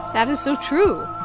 that is so true.